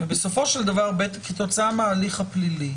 ובסופו של דבר כתוצאה מההליך הפלילי